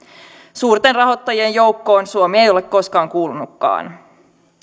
suurten rahoittajien joukkoon suomi ei ole koskaan kuulunutkaan